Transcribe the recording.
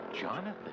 Jonathan